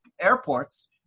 airports